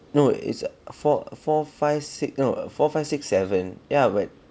no is err four four five six no uh four five six seven ya but